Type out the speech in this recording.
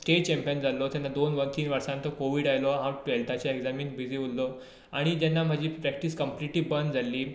state champion जाल्लो तेन्ना दोन वा तीन वर्सांनी तो कोवीड आयलो आनी हांव टुवेल्ताच्या एग्जामीन बिजी उरलो आनी जेन्ना म्हजी प्रेक्टीस कंप्लिटली बंद जाल्ली